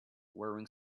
wearing